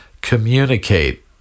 communicate